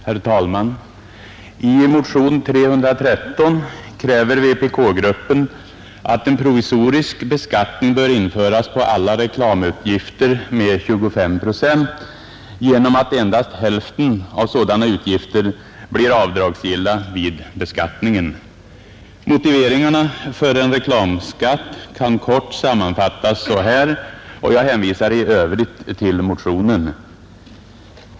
Herr talman! I motionen 313 kräver vpk-gruppen att en provisorisk beskattning skall införas på alla reklamutgifter med 25 procent genom att endast hälften av sådana utgifter blir avdragsgilla vid beskattningen. Motiveringarna för en reklamskatt kan kort sammanfattas så här — jag hänvisar i övrigt till motionen.